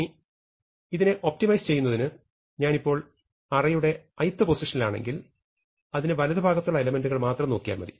ഇനി ഇതിനെ ഒപ്ടിമൈസ് ചെയ്യുന്നതിന്ഞാനിപ്പോൾ അറയുടെ ith പൊസിഷനിലാണെങ്കിൽ അതിനു വലതുഭാഗത്തുള്ള എലെമെന്റുകൾ മാത്രം നോക്കിയാൽ മതി